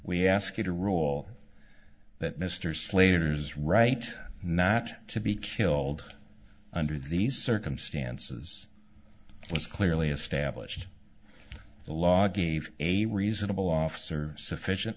we ask you to rule that mr slater's right not to be killed under these circumstances it was clearly established the law gave a reasonable officer sufficient